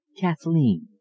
Kathleen